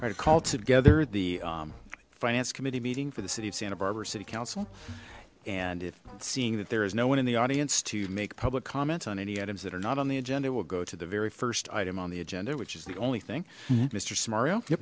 to call together the finance committee meeting for the city of santa barbara city council and if seeing that there is no one in the audience to make public comment on any items that are not on the agenda we'll go to the very first item on the agenda which is the only thing m